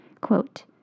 quote